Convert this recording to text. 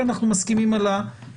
כי אנחנו מסכימים על העיקרון.